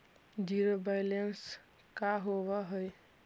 Zero balance का होव हइ?